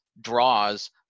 draws